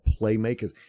playmakers